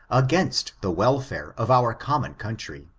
against the welfare of our common country.